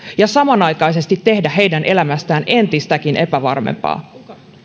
ja samanaikaisesti tehdä heidän elämästään entistäkin epävarmempaa